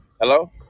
Hello